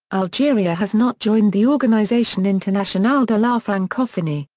algeria has not joined the organisation internationale de la francophonie,